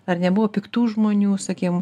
ar nebuvo piktų žmonių sakykim